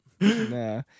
No